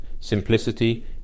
simplicity